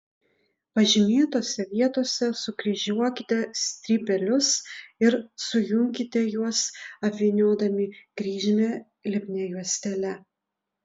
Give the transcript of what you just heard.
pažymėtose vietose sukryžiuokite strypelius ir sujunkite juos apvyniodami kryžmę lipnia juostele